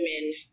women